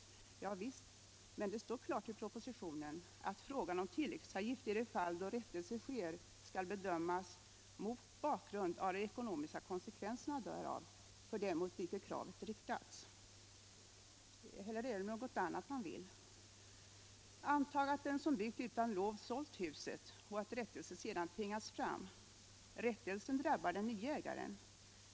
Ja visst — men det står klart i propositionen att frågan om tilläggsavgift i de fall då rättelse sker skall bedömas ”mot bakgrund av de ekonomiska konsekvenserna därav för den mot vilken kravet riktas”. Eller är det något annat man vill? Antag att den som byggt utan lov sålt huset och att rättelse sedan tvingats fram. Rättelsen drabbar den nye ägaren.